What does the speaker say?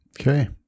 Okay